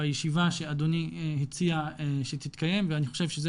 בישיבה שאדוני הציע שתתקיים ואני חושב שזה